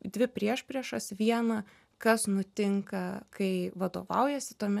dvi priešpriešas vieną kas nutinka kai vadovaujasi tom